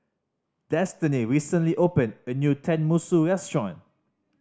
Destany recently opened a new Tenmusu Restaurant